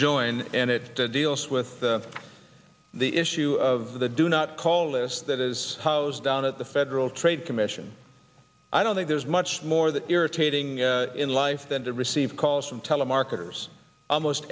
join and it deals with the issue of the do not call list that is housed down at the federal trade commission i don't think there's much more that irritating in life than to receive calls from telemarketers almost